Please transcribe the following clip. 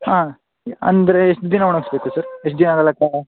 ಹಾಂ ಅಂದರೆ ಎಷ್ಟು ದಿನ ಒಣಗಿಸ್ಬೇಕು ಸರ್ ಎಷ್ಟು ದಿನದ ಲೆಕ್ಕ